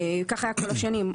ככה היה כל השנים,